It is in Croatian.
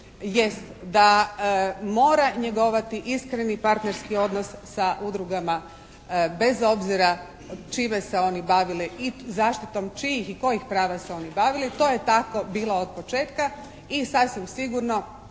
da mora njegovati iskreni partnerski odnos sa udrugama bez obzira čime se oni bavili i zaštitom čijih i kojih prava se oni bavili. To je tako bilo od početka i sasvim sigurno